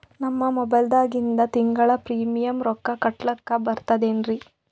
ನಮ್ಮ ಮೊಬೈಲದಾಗಿಂದ ತಿಂಗಳ ಪ್ರೀಮಿಯಂ ರೊಕ್ಕ ಕಟ್ಲಕ್ಕ ಬರ್ತದೇನ್ರಿ?